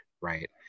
right